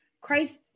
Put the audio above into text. christ